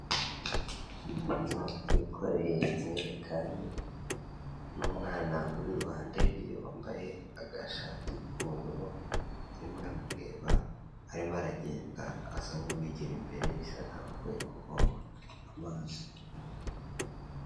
Umuntu wikoreye ijerekani, n'umwana uri iruhande rwiwe wambaye agashati k'ubururu urimo uramureba, arimo aragenda asa nk'uwegera imbere, bisa nkaho avuye kuvoma amazi.